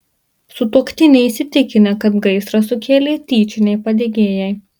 sutuoktiniai įsitikinę kad gaisrą sukėlė tyčiniai padegėjai